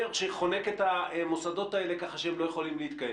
שחונק את המוסדות הללו כך שהם לא יכולים להתקיים.